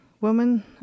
woman